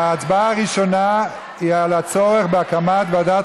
ההצבעה הראשונה היא על הצורך בהקמת ועדת